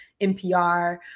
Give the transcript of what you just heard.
NPR